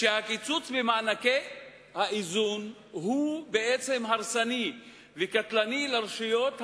הקיצוץ במענקי האיזון הוא בעצם הרסני וקטלני לרשויות החלשות,